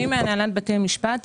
אני מהנהלת בתי המשפט.